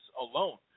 alone